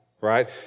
right